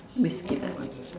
we skip that one